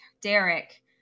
Derek